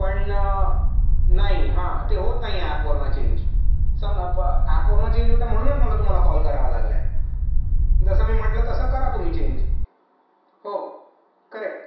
पण नाही हां ते होत नाही आहे ॲपवरून चेंज सम प् ॲपवरून चेंज होतं नाही म्हणूनच मला तुम्हाला कॉल करावा लागला आहे जसं मी म्हटलं तसं करा तुम्ही चेंज हो करेक्ट